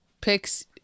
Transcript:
picks